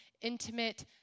intimate